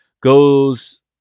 goes